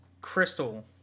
crystal